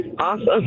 Awesome